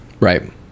Right